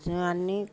అన్నీ